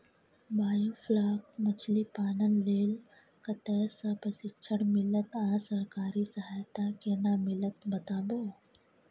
Biofloc मछलीपालन लेल कतय स प्रशिक्षण मिलत आ सरकारी सहायता केना मिलत बताबू?